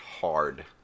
Hard